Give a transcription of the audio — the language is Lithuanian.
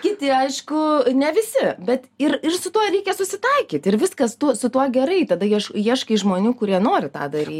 kiti aišku ne visi bet ir ir su tuo reikia susitaikyti ir viskas tuo su tuo gerai tada ieš ieškai žmonių kurie nori tą daryt